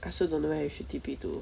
I also don't know where we should T_P to